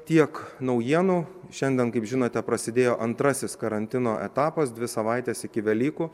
tiek naujienų šiandien kaip žinote prasidėjo antrasis karantino etapas dvi savaites iki velykų